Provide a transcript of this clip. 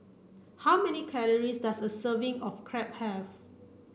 how many calories does a serving of Crepe have